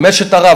עם אשת הרב,